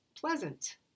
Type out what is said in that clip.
pleasant